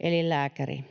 eli lääkäri.